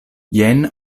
jen